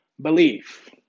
belief